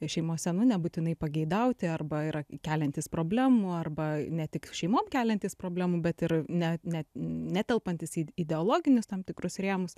šeimose nu nebūtinai pageidauti arba yra keliantys problemų arba ne tik šeimom keliantys problemų bet ir ne ne netelpantys į ideologinius tam tikrus rėmus